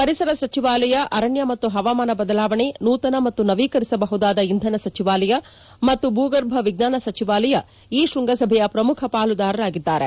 ಪರಿಸರ ಸಚಿವಾಲಯ ಅರಣ್ಣ ಮತ್ತು ಪವಾಮಾನ ಬದಲಾವಣೆ ನೂತನ ಮತ್ತು ನವೀಕರಿಸಬಹುದಾದ ಇಂಧನ ಸಚಿವಾಲಯ ಮತ್ತು ಭೂಗರ್ಭ ವಿಜ್ಞಾನ ಸಚಿವಾಲಯ ಈ ಶೃಂಗಸಭೆಯ ಪ್ರಮುಖ ಪಾಲುದಾರರಾಗಿದ್ದಾರೆ